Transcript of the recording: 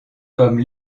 comme